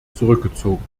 zurückgezogen